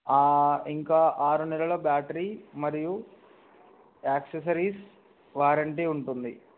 ఇంకా ఆరు నెలల బ్యాటరీ మరియు యాక్సెసరీస్ వారంటీ ఉంటుంది